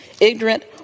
ignorant